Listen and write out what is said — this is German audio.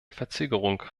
verzögerung